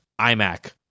iMac